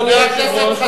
אדוני היושב-ראש,